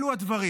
אלו הדברים.